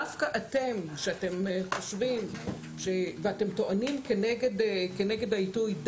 דווקא אתם שאתם חושבים ואתם טוענים כנגד העיתוי,